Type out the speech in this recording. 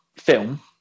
film